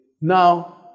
Now